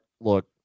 look